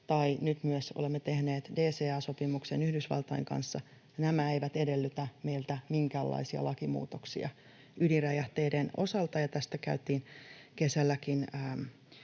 tai nyt myös olemme tehneet DCA-sopimuksen Yhdysvaltain kanssa, eivät edellytä meiltä minkäänlaisia lakimuutoksia ydinräjähteiden osalta. Tästä käytiin kesälläkin